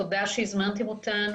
תודה שהזמנתם אותנו.